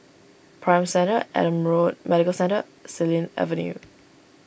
Prime Centre Adam Road Medical Centre Xilin Avenue